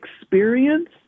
experience